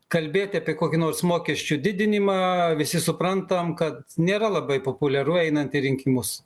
kalbėt apie kokį nors mokesčių didinimą visi suprantam kad nėra labai populiaru einant į rinkimus